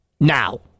now